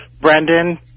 Brendan